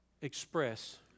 express